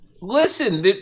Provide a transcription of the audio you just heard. Listen